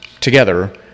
together